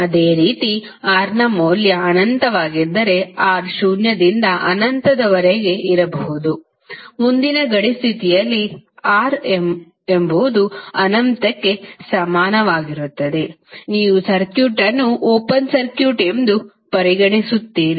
ಅದೇ ರೀತಿ R ನ ಮೌಲ್ಯವು ಅನಂತವಾಗಿದ್ದರೆ R ಶೂನ್ಯದಿಂದ ಅನಂತದವರೆಗೆ ಇರಬಹುದು ಮುಂದಿನ ಗಡಿ ಸ್ಥಿತಿಯಲ್ಲಿ R ಎಂಬುದು ಅನಂತಕ್ಕೆ ಸಮಾನವಾಗಿರುತ್ತದೆ ನೀವು ಸರ್ಕ್ಯೂಟ್ ಅನ್ನು ಓಪನ್ ಸರ್ಕ್ಯೂಟ್ ಎಂದು ಪರಿಗಣಿಸುತ್ತೀರಿ